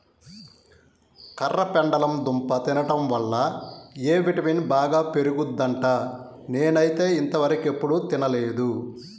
కర్రపెండలం దుంప తింటం వల్ల ఎ విటమిన్ బాగా పెరుగుద్దంట, నేనైతే ఇంతవరకెప్పుడు తినలేదు